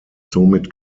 somit